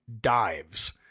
dives